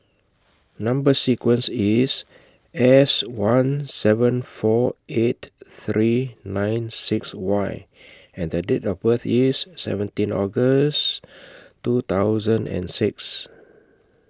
Number sequence IS S one seven four eight three nine six Y and Date of birth IS seventeen August two thousand and six